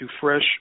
fresh